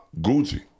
Gucci